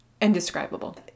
indescribable